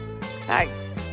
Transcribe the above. Thanks